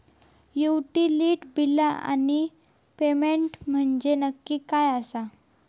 Utility बिला आणि payment म्हंजे नक्की काय आसा?